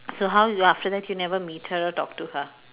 so how you after that you never meet her or talk to her